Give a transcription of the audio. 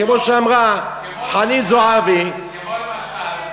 כמו שאמרה חנין זועבי, כמו, למשל,